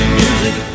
music